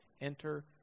Enter